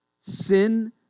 Sin